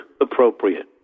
appropriate